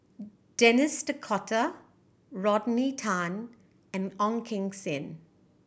Denis D'Cotta Rodney Tan and Ong Keng Sen